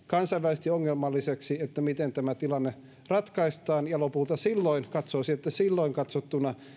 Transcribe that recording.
kansainvälisesti ongelmalliseksi miten tämä tilanne ratkaistaan ja lopulta silloin katsoisin että silloin katsottuna